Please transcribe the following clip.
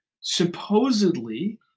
Supposedly